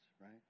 right